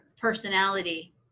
personality